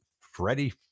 Freddie